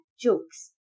jokes